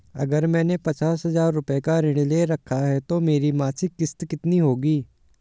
अगर मैंने पचास हज़ार रूपये का ऋण ले रखा है तो मेरी मासिक किश्त कितनी होगी?